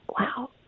Wow